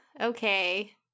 okay